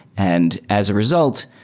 and as a result,